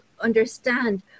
understand